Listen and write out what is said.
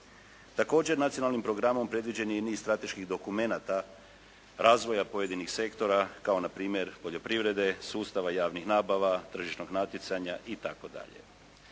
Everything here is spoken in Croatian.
Također nacionalnim programom predviđen i niz strateških dokumenata razvoja pojedinih sektora kao npr. poljoprivrede, sustava javnih nabava, tržišnog natjecanja itd.